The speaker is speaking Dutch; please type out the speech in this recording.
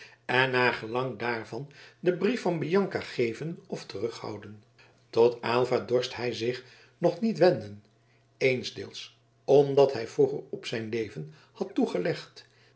en naar gelang daarvan den brief van bianca geven of terughouden tot aylva dorst hij zich nog niet wenden eensdeels omdat hij vroeger op zijn leven had toegelegd